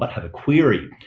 ah have a query.